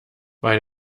bei